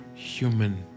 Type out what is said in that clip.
human